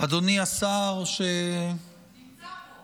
אדוני השר, נמצא פה.